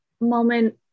moment